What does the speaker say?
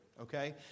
Okay